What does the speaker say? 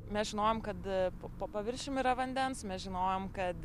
mes žinojom kad po po paviršium yra vandens mes žinojom kad